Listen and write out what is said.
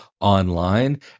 online